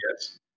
yes